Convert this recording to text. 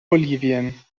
bolivien